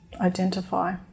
identify